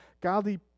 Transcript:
Godly